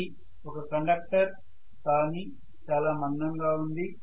ఇది ఒక కండక్టర్ కానీ చాలా మందంగా ఉంది